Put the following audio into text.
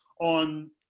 on